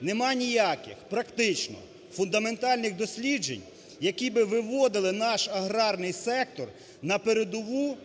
немає ніяких практично фундаментальних досліджень, які би виводили наш аграрний сектор на передову